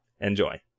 Enjoy